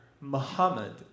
Muhammad